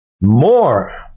more